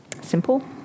simple